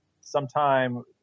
Sometime